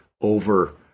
over